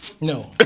No